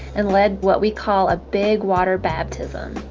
and led what we call a big-water baptism.